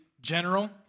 general